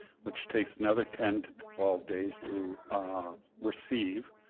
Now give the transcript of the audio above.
which takes another ten to to twelve days to receive.